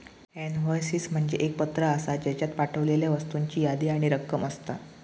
invoices म्हणजे एक पत्र आसा, ज्येच्यात पाठवलेल्या वस्तूंची यादी आणि रक्कम असता